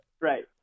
Right